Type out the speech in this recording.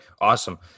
Awesome